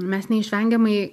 mes neišvengiamai